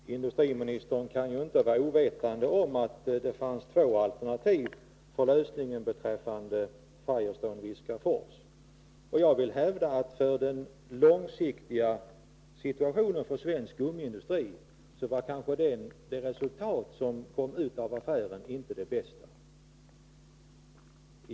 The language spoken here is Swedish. Herr talman! Industriministern kan inte vara ovetande om att det fanns två alternativ till lösningar beträffande Firestone i Viskafors. Jag vill hävda att resultatet av den affären kanske inte var det bästa, med tanke på situationen på lång sikt för svensk gummiindustri.